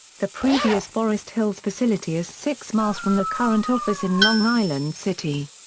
the previous forest hills facility is six miles from the current office in long island city.